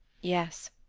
yes.